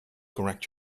correct